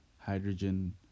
hydrogen